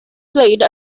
played